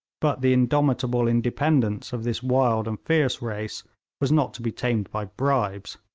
but the indomitable independence of this wild and fierce race was not to be tamed by bribes,